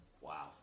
Wow